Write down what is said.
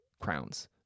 crowns